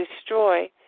destroy